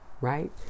right